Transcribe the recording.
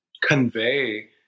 convey